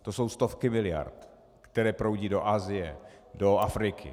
To jsou stovky miliard, které proudí do Asie, do Afriky.